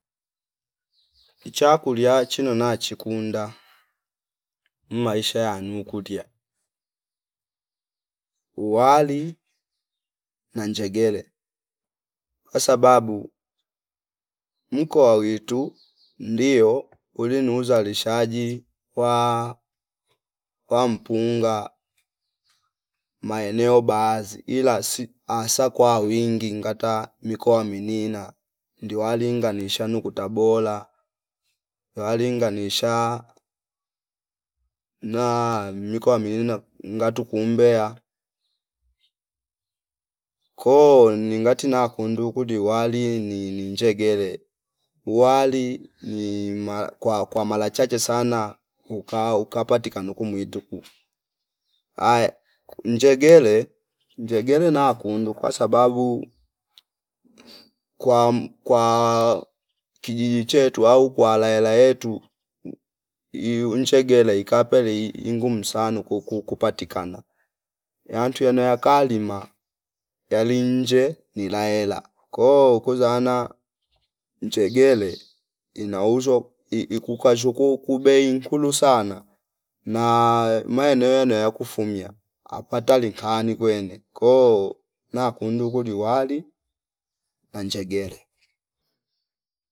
Ichakulia chino na chikunda mmaisha yanu kutia uwali na njegere kwasababu mko wawitu ndio uli nuzalishaji wa- wampunga maeneno baadhi ila si asa kwa wingi ngata mikoa minina ndiwa linga nisha nuku Tabola iwa linga nisha na mikoa minina ngatu ku Mbeya ko ni ngati na kundu kudi wali ni- ni njegere uwali ni maal kwa- kwa mala chache sana uka- ukapatikano kumu mwituku aya njegere njegere na kundu kwa sababu kwam kwaa kijiji chetu au kwa alaela yetu iu njegere ikapeli ingumu sanu ku- ku- ku- kupatikana yantu yano yakalima yalinje nila ela koo kuzana njegele inauzwa ikukazshwo kuokuo bei nkulu sana na maeneo yano yakufumia apatali nkani kwene koo nakundu kudi wali na njegele